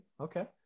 Okay